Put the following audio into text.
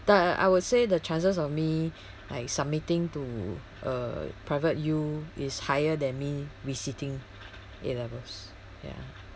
the I would say the chances of me like submitting to a private U is higher than me visiting A levels ya